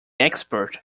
expert